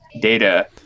data